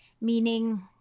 meaning